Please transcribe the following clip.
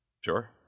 Sure